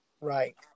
Right